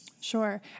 Sure